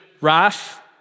wrath